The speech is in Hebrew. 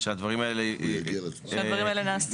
שהדברים האלה --- שהדברים האלה נעשים.